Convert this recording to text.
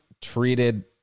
treated